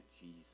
Jesus